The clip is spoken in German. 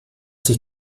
sich